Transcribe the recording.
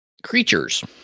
Creatures